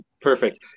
Perfect